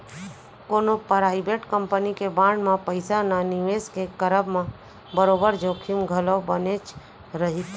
कोनो private company के bond म पइसा न निवेस के करब म बरोबर जोखिम घलौ बनेच रहिथे